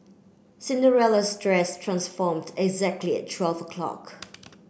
Cinderella's dress transformed exactly at twelve o'clock